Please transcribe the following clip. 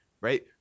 right